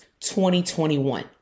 2021